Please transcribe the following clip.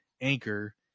anchor